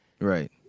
Right